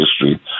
history